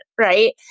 right